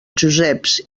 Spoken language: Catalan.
joseps